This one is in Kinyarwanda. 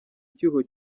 cyuho